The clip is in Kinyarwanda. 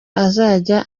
azajya